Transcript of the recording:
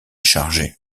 chargé